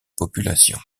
population